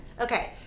Okay